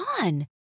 on